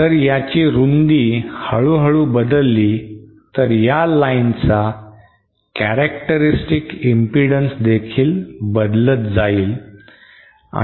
जर याची रुंदी हळूहळू बदलली तर या लाईन चा कॅरॅक्टरिस्टिक इम्पीडन्सदेखील बदलत जाईल